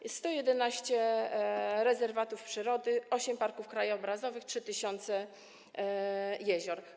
Jest tam 111 rezerwatów przyrody, 8 parków krajobrazowych, 3 tys. jezior.